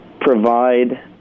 provide